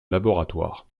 laboratoire